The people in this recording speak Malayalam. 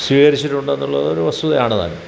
സ്വീകരിച്ചിട്ടുണ്ടെന്നുള്ളതൊരു വസ്തുതയാണ് താനും